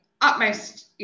utmost